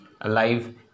alive